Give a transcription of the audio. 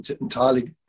Entirely